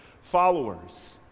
followers